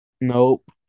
Nope